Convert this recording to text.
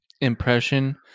impression